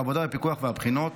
העבודה בפיקוח והבחינות,